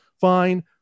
Fine